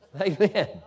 Amen